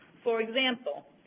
for example,